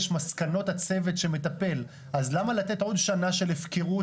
השטויות שאמרת עכשיו למיכל זה הטרלה.